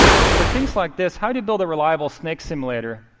but for things like this, how do you build a reliable snake simulator?